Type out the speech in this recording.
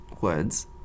words